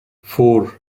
four